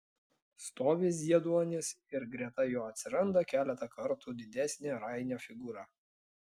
stovi zieduonis ir greta jo atsiranda keletą kartų didesnė rainio figūra